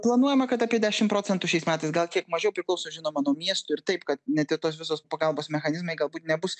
planuojama kad apie dešim procentų šiais metais gal kiek mažiau priklauso žinoma nuo miestų ir taip kad net ir tos visos pagalbos mechanizmai galbūt nebus